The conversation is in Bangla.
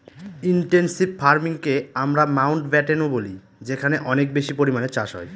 ইনটেনসিভ ফার্মিংকে আমরা মাউন্টব্যাটেনও বলি যেখানে অনেক বেশি পরিমানে চাষ হয়